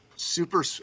super